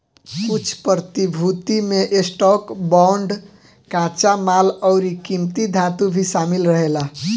कुछ प्रतिभूति में स्टॉक, बांड, कच्चा माल अउरी किमती धातु भी शामिल रहेला